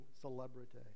celebrity